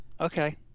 Okay